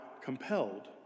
compelled